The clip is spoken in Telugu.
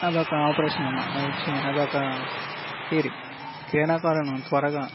అదొక ఆపరేషన్ చ్చి అదొక థయరీ క్రీడాకారులను త్వరగా